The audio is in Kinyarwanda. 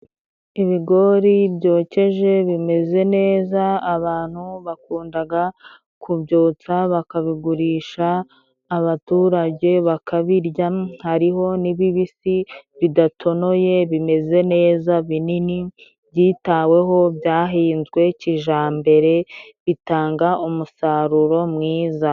Ibigori byokeje bimeze neza， abantu bakundaga kubyotsa bakabigurisha abaturage bakabirya， hariho n'ibibisi bidatonoye bimeze neza binini byitaweho byahinzwe kijambere bitanga umusaruro mwiza.